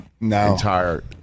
entire